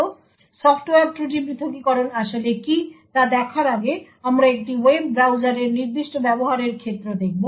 সুতরাং সফ্টওয়্যার ত্রুটি পৃথকীকরণ আসলে কী তা দেখার আগে আমরা একটি ওয়েব ব্রাউজারের নির্দিষ্ট ব্যবহারের ক্ষেত্র দেখব